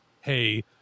Hey